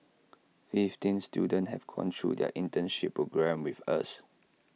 fifteen students have gone through their internship programme with us